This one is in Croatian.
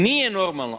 Nije normalno.